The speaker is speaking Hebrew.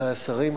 רבותי השרים,